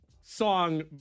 song